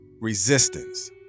resistance